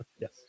yes